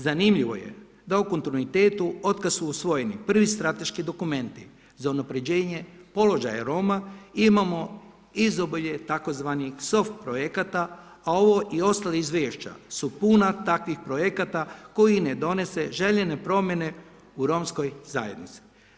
Zanimljivo je da u kontinuitetu od kad su usvojeni prvi strateški dokumenti za unapređenje položaja Roma imamo izobilje tzv. soft projekata, a ovo i ostala izvješća su puna takvih projekata koji ne donese željene promjene u romskoj zajednici.